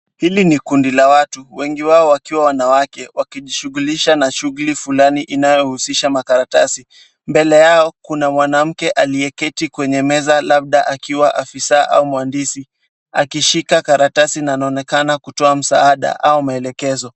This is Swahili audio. Hili ni kundi la watu, wengi wao wakiwa wanawake, wakijishughulisha na shughuli fulani inayohusisha mataratasi. Mbele yao kuna mwanamke aliyeketi kwenye meza labda akiwa afisa au mwandishi. Akishika karatasi na anaonekana kutoa msaada au maelekezo.